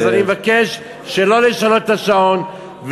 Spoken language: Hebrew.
אז אני מבקש שלא לשנות את השעון,